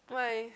why